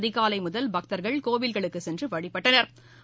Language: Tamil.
அதிகாலை முதல் பக்தா்கள் கோவில்களுக்குச் சென்று வழிபட்டனா்